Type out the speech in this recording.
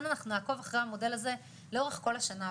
אנחנו נעקוב אחרי המודל הזה לאורך כל השנה.